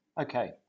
Okay